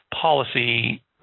policy